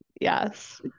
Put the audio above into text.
yes